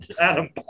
Adam